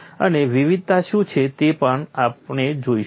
અને વિવિધતા શું છે તે પણ આપણે જોઈશું